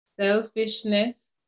selfishness